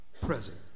present